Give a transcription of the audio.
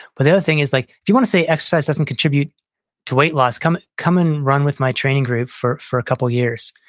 but the other thing is like if you want to say exercise doesn't contribute to weight loss, come come and run with my training group for for a couple of years.